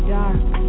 dark